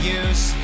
use